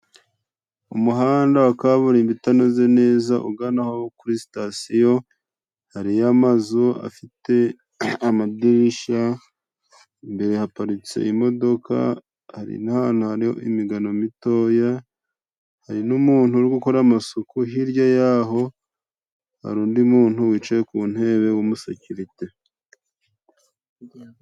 Umuhanda wa kaburimbo itanoze neza uganaho kuri sitasiyo. Hariyo amazu afite amadirishya, imbere haparitse imodoka ,hari nahantu hari imigano mitoya. Hari n'umuntu uri gukora amasuku, hirya y'aho hari undi muntu wicaye ku ntebe w'umusekirite.